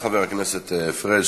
תודה, חבר הכנסת פריג'.